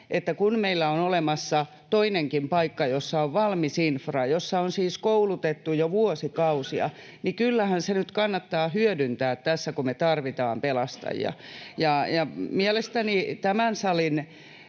että kun meillä on olemassa toinenkin paikka, jossa on valmis infra, jossa on siis koulutettu jo vuosikausia, niin kyllähän se nyt kannattaa hyödyntää tässä, kun me tarvitaan pelastajia. Mielestäni tämän salin